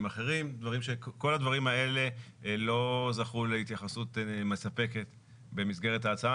אחרים כל הדברים האלה לא זכו להתייחסות מספקת במסגרת ההצעה.